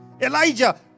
Elijah